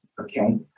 Okay